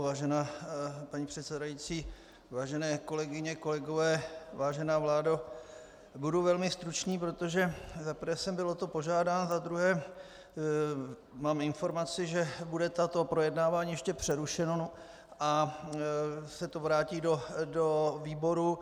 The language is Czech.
Vážená paní předsedající, vážené kolegyně, kolegové, vážená vládo, budu velmi stručný, protože za prvé jsem byl o to požádán, za druhé mám informaci, že bude toto projednávání ještě přerušeno a vrátí se to do výboru.